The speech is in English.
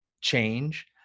change